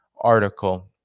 article